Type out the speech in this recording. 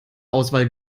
auswahl